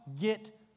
get